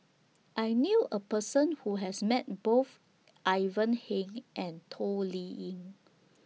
I knew A Person Who has Met Both Ivan Heng and Toh Liying